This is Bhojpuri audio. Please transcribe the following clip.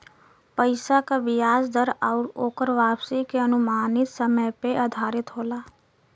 पइसा क बियाज दर आउर ओकर वापसी के अनुमानित समय पे आधारित होला